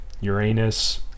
uranus